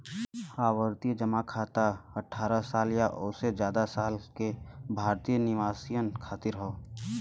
आवर्ती जमा खाता अठ्ठारह साल या ओसे जादा साल के भारतीय निवासियन खातिर हौ